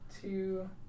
two